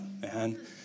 man